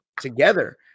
together